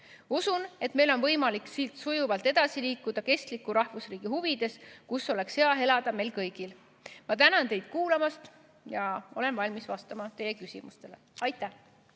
Usun, et meil on võimalik siit sujuvalt edasi liikuda kestliku rahvusriigi huvides, kus oleks hea elada meil kõigil. Ma tänan teid kuulamast ja olen valmis vastama teie küsimustele. Austatud